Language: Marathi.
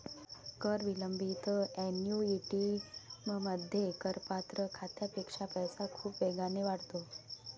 कर विलंबित ऍन्युइटीमध्ये, करपात्र खात्यापेक्षा पैसा खूप वेगाने वाढतो